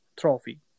trophy